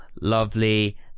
lovely